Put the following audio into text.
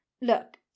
Look